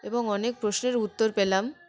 এবং অনেক প্রশ্নের উত্তর পেলাম